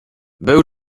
był